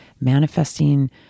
manifesting